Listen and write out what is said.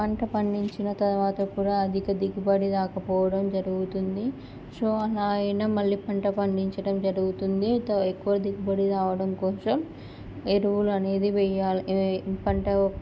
పంట పండించిన తర్వాత కూడా అధిక దిగుబడి రాకపోవడం జరుగుతుంది సో అలా అయినా మళ్ళీ పంట పండించటం జరుగుతుంది ఎక్కువ దిగుబడి రావడం కోసం ఎరువులు అనేది వెయ్యాలి పంట